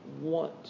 want